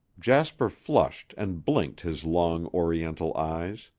jasper flushed and blinked his long, oriental eyes.